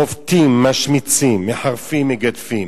חובטים, משמיצים, מחרפים, מגדפים,